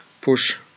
push